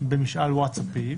במשאל ווטסאפים,